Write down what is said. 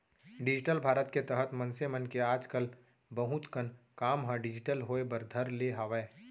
digital Bharat के तहत मनसे मन के आज कल बहुत कन काम ह डिजिटल होय बर धर ले हावय